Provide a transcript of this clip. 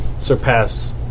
surpass